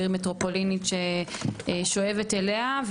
עיר מטרופולינית ששואבת אליה.